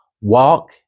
walk